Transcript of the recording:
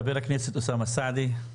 חבר הכנסת אוסאמה סעדי.